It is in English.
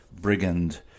brigand